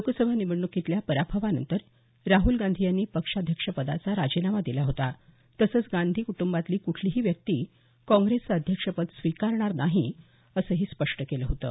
लोकसभा निवडणुकीतल्या पराभवानंतर राहुल गांधी यांनी पक्षाध्यक्षपदाचा राजीनामा दिला होता तसंच गांधी कुटुंबातली कुठलीही व्यक्ती काँग्रेसचे अध्यक्षपद स्वीकारणार नाही असंही स्पष्ट केलं होतं